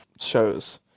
shows